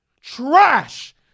Trash